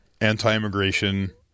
anti-immigration